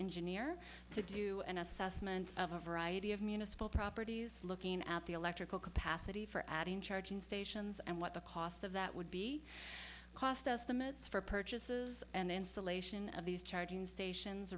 engineer to do an assessment of a variety of municipal property looking at the electrical capacity for adding charging stations and what the costs of that would be cost estimates for purchases and installation of these charging stations